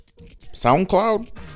SoundCloud